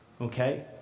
okay